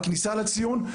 בכניסה לציון,